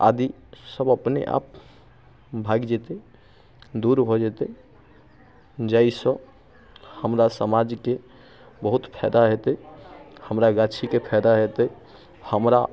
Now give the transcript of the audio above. आदि सब अपने आप भागि जेतै दूर भऽ जेतै जाहिसँ हमरा समाजके बहुत फायदा हेतै हमरा गाछीके फायदा हेतै हमरा